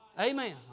Amen